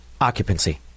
occupancy